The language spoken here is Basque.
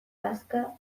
bazka